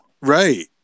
right